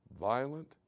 violent